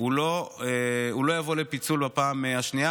לא יבוא לפיצול בפעם השנייה,